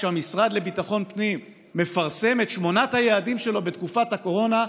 כשהמשרד לביטחון פנים מפרסם את שמונת היעדים שלו בתקופת הקורונה,